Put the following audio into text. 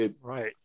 Right